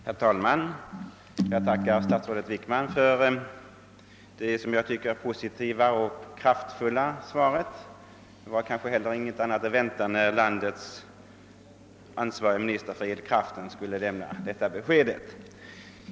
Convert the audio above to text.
Herr talman! Jag tackar statsrådet Wickman för det enligt min uppfattning positiva och kraftfulla svaret. Det var kanske inte annat att vänta när den ansvarige ministern för elkraften skulle lämna detta besked.